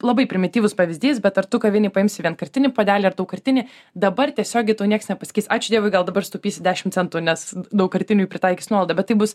labai primityvus pavyzdys bet ar tu kavinėj paimsi vienkartinį puodelį ar daugkartinį dabar tiesiogiai tau niekas nepasakys ačiū dievui gal dabar sutaupysi dešim centų nes daugkartinių pritaikys nuolaidą bet taip bus